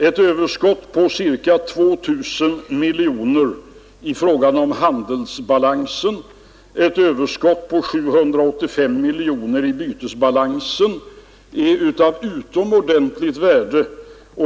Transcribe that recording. Ett överskott på ca 2 000 miljoner i handelsbalansen och ett överskott på 785 miljoner i bytesbalansen är av utomordentligt värde.